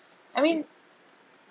I mean